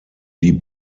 die